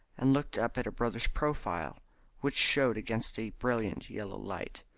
and looked up at her brothers profile which showed against the brilliant yellow light.